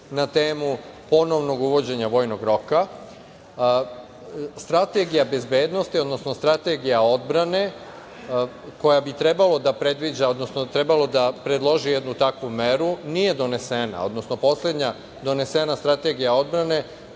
na temu ponovnog uvođenja vojnog roka. Strategija bezbednosti, odnosno strategija odbrane koja bi trebalo da predviđa, odnosno trebalo da predloži jednu takvu meru nije donesena, odnosno poslednja donesena Strategija odbrane